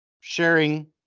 sharing